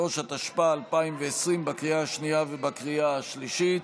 53), התשפ"א 2020, בקריאה השנייה ובקריאה השלישית.